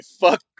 fuck